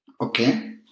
Okay